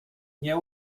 nie